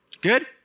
Good